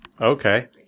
Okay